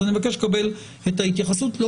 אני מבקש לקבל את ההתייחסות לכך.